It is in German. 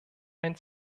ein